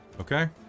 Okay